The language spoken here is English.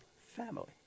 family